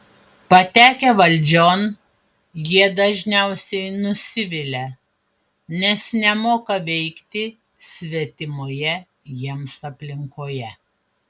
patekę valdžion jie dažniausiai nusivilia nes nemoka veikti svetimoje jiems aplinkoje